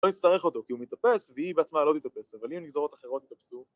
‫לא נצטרך אותו, כי הוא מתאפס ‫והיא בעצמה לא תתאפס, ‫אבל אם נגזרות אחרות יתאפסו...